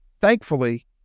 Thankfully